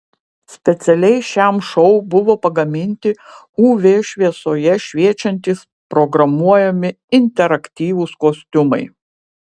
specialiai šiam šou buvo pagaminti uv šviesoje šviečiantys programuojami interaktyvūs kostiumai